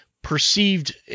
Perceived